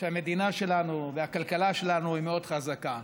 שהמדינה שלנו, והכלכלה שלנו, היא מאוד חזקה.